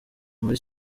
muri